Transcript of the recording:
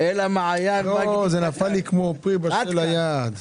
זה נפל לי כמו פרי בשל ליד.